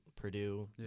Purdue